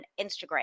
Instagram